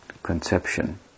conception